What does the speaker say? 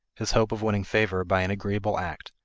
his hope of winning favor by an agreeable act,